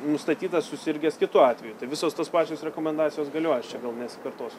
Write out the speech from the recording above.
nustatytas susirgęs kitu atveju tai visos tos pačios rekomendacijos galioja aš čia gal nesikartosiu